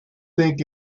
think